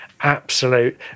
absolute